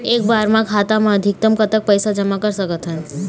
एक बार मा खाता मा अधिकतम कतक पैसा जमा कर सकथन?